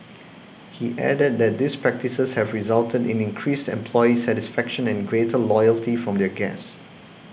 he added that these practices have resulted in increased employee satisfaction and a greater loyalty from their guests